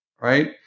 right